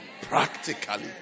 Practically